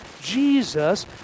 Jesus